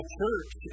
church